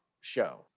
show